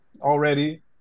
already